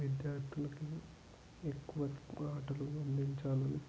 విద్యార్థులకి ఎక్కువ ఆటలు అందించాలి